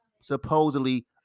supposedly